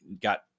got